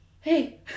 hey